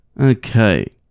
Okay